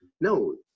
no